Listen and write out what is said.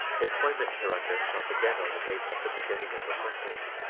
employment hereunder shall begin on the date of the beginning of rehearsals,